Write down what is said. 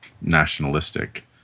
nationalistic